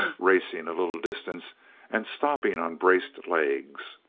racing a little distance and stopping on braced legs,